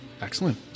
Excellent